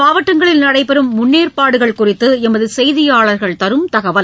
மாவட்டங்களில் நடைபெறும் முன்னேற்பாடுகள் குறித்துஎமதுசெய்தியாளர்கள் தரும் தகவல்